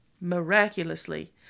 Miraculously